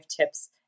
tips